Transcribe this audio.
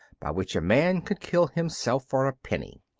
by which a man could kill himself for a penny.